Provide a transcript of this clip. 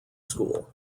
school